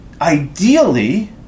ideally